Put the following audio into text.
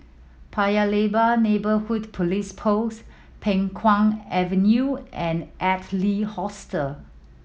Paya Lebar Neighbourhood Police Post Peng Kang Avenue and Adler Hostel